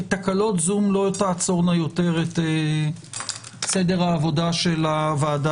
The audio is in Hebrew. תקלות זום לא תעצורנה יותר את סדר העבודה של הוועדה.